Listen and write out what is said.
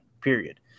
period